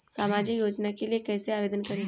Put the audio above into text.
सामाजिक योजना के लिए कैसे आवेदन करें?